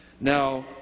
Now